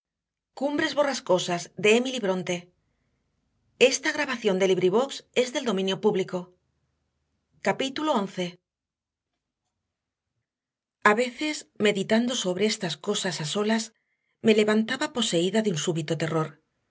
once a veces meditando sobre estas cosas a solas me levantaba poseída de un súbito terror